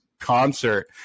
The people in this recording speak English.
concert